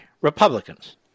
Republicans